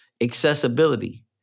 accessibility